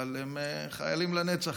אבל הם חיילים לנצח.